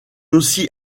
aussi